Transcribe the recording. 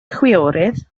chwiorydd